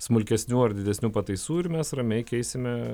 smulkesnių ar didesnių pataisų ir mes ramiai keisime